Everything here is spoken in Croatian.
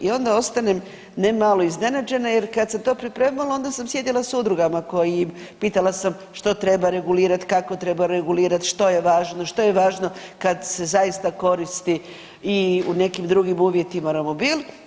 I onda ostanem ne malo iznenađena jer kad se to pripremalo onda sam sjedila sa udrugama koji, pitala sam što treba regulirati, kako treba regulirati, što je važno, što je važno kad se zaista koristi i u nekim drugim uvjetima romobil.